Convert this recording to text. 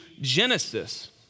Genesis